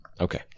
Okay